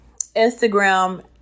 Instagram